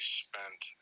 spent